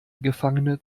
gefangene